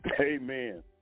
Amen